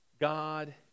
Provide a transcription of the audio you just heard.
God